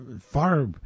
far